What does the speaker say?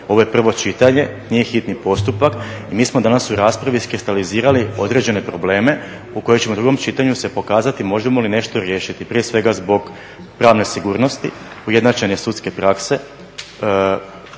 Ovo je prvo čitanje, nije hitni postupak i mi smo danas u raspravi iskristalizirali određene probleme u koje ćemo u drugom čitanju se pokazati možemo li nešto riješiti, prije svega zbog pravne sigurnosti, ujednačene sudske prakse,